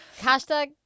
hashtag